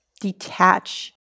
detach